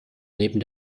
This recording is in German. neben